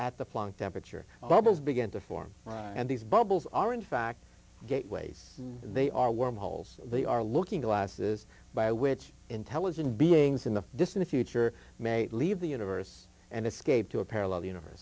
at the flank temperature bubbles begin to form and these bubbles are in fact gateways they are wormholes they are looking glasses by which intelligent beings in the distant future may leave the universe and escape to a parallel universe